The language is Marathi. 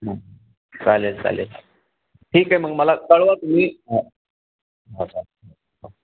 हां चालेल चालेल ठीक आहे मग मला कळवा तुम्ही हां हां हो